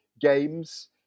games